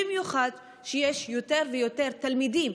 במיוחד כשיש יותר ויותר תלמידים,